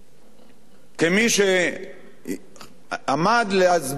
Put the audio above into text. כמי שעומד להסביר את העמדות,